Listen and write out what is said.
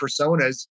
personas